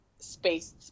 space